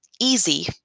easy